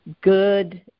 good